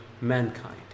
mankind